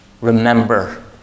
remember